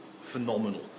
phenomenal